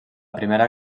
primera